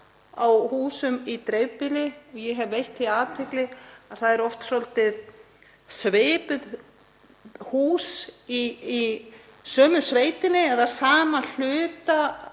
á húsum í dreifbýli. Ég hef veitt því athygli að það eru oft svolítið svipuð hús í sömu sveitinni eða sama hluta